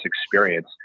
experience